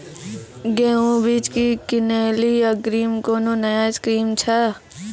गेहूँ बीज की किनैली अग्रिम कोनो नया स्कीम छ?